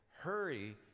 hurry